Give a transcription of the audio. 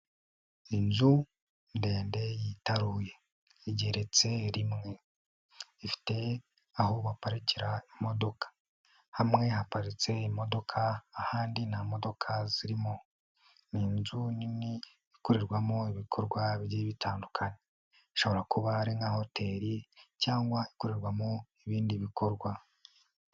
Inzu ndende yitaruye igeretse rimwe ifite aho baparikira imodoka hamwe haparitse imodoka ahandi nta modoka zirimo ni inzu nini ikorerwamo ibikorwa bigiye bitandukanye, ishobora kuba ari nka hoteri cyangwa ikorerwamo ibindi bikorwa.